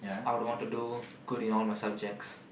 I'd want to do good in all my subjects